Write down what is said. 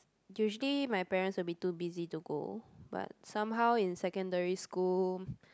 usually my parents will be too busy to go but somehow in secondary school